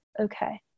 okay